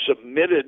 submitted